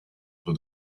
for